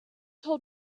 told